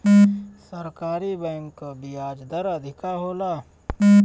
सरकारी बैंक कअ बियाज दर अधिका होला